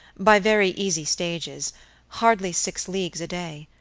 by very easy stages hardly six leagues a day.